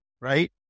right